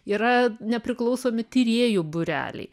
yra nepriklausomi tyrėjų būreliai